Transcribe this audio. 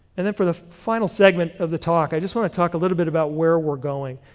and then for the final segment of the talk, i just want to talk a little bit about where we're going.